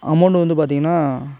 amount வந்து பார்த்தீங்கன்னா